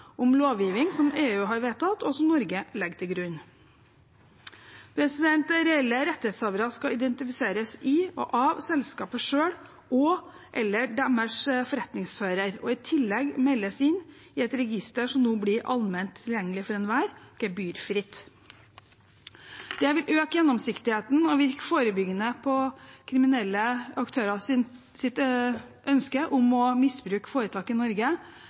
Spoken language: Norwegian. om lovgivning som EU har vedtatt, og som Norge legger til grunn. Reelle rettighetshavere skal identifiseres i og av selskapet selv og/eller deres forretningsfører og i tillegg meldes inn i et register som nå blir allment tilgjengelig for enhver – gebyrfritt. Det vil øke gjennomsiktigheten og virke forebyggende på kriminelle aktørers ønske om å misbruke foretak i Norge